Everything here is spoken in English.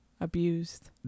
abused